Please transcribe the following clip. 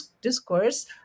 discourse